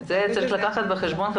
את זה צריך לקחת בחשבון.